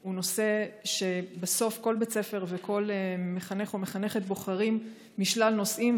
הוא נושא שבסוף כל בית ספר וכל מחנך או מחנכת בוחרים אותו משלל נושאים,